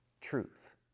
truth